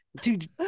dude